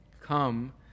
Come